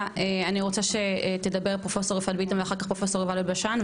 אני רוצה שפרופסור יפעת ביטון תדבר רגע ואחר כך פרופסור יובל אלבשן,